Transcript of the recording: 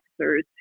officers